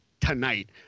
tonight